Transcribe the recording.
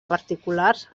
particulars